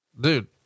Dude